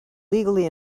legally